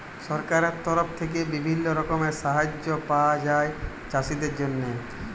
সরকারের তরফ থেক্যে বিভিল্য রকমের সাহায্য পায়া যায় চাষীদের জন্হে